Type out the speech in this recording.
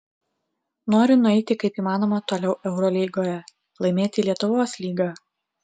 noriu nueiti kaip įmanoma toliau eurolygoje laimėti lietuvos lygą